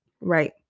Right